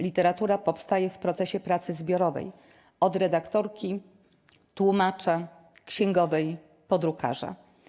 Literatura powstaje w procesie pracy zbiorowej: od redaktorki, tłumacza, księgowej po drukarza.